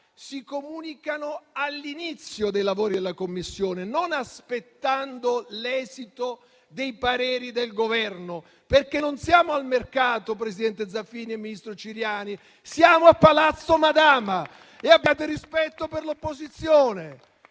si comunicano all'inizio dei lavori della Commissione, non aspettando l'esito dei pareri del Governo, perché non siamo al mercato, presidente Zaffini, ministro Ciriani, siamo a Palazzo Madama. Abbiate rispetto per l'opposizione.